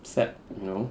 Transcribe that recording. set you know